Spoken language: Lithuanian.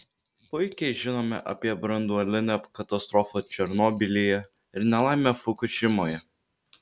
puikiai žinome apie branduolinę katastrofą černobylyje ir nelaimę fukušimoje